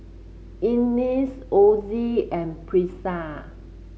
Inez Osie and Brisa